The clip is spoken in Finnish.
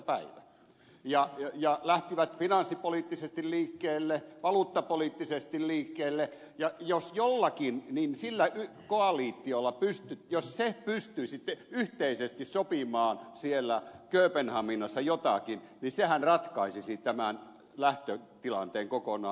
päivä ja lähtivät finanssipoliittisesti liikkeelle valuuttapoliittisesti liikkeelle ja jos jokin niin se koalitiohan jos se pystyisi yhteisesti sopimaan siellä kööpenhaminassa jotakin ratkaisisi tämän lähtötilanteen kokonaan